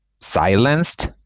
silenced